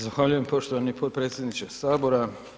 Zahvaljujem poštovani podpredsjedniče sabora.